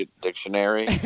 dictionary